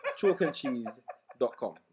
chalkandcheese.com